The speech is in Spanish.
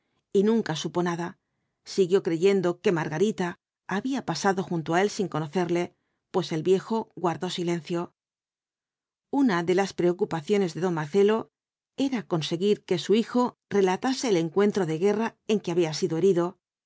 y nunca supo nada siguió creyendo que margarita había pasado junto á él sin conocerle pues el viejo guardó silencio una de las preocupaciones de don marcelo era conseguir que su hijo relatase el encuentro de guerra en que había sido herido